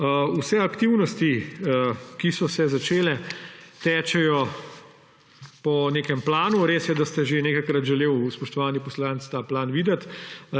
Vse aktivnosti, ki so se začele, tečejo po nekem planu. Res je, da ste že nekajkrat želeli, spoštovani poslanec, ta plan videti.